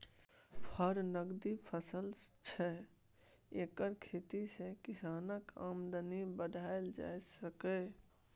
फर नकदी फसल छै एकर खेती सँ किसानक आमदनी बढ़ाएल जा सकैए